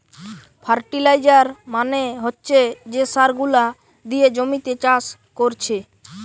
fertiliser মানে হচ্ছে যে সার গুলা দিয়ে জমিতে চাষ কোরছে